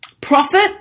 Profit